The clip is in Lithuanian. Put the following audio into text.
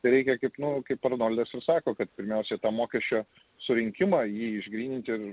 tai reikia kaip nu kaip arnoldas ir sako kad pirmiausiai tą mokesčio surinkimą jį išgrynint ir